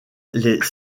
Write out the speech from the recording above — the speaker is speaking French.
les